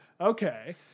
okay